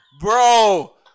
Bro